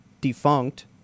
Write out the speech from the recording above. defunct